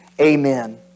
Amen